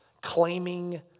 claiming